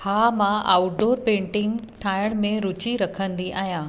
हा मां outdoor painting ठाहिण में रुचि रखंदी आहियां